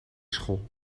school